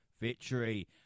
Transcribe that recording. victory